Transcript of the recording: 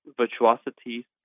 virtuosity